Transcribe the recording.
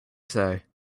say